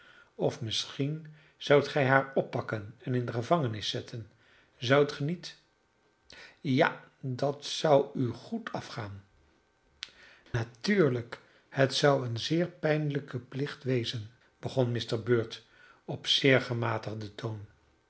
of misschien zoudt gij haar oppakken en in de gevangenis zetten zoudt ge niet ja dat zou u goed afgaan natuurlijk het zou een zeer pijnlijke plicht wezen begon mr bird op zeer gematigden toon